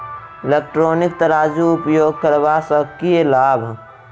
Electronic तराजू उपयोग करबा सऽ केँ लाभ?